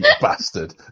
Bastard